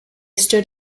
stood